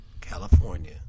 California